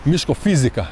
miško fizika